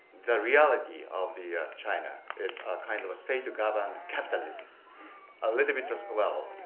the reality of the china is kind of a state to govern capitalism a little bit as well.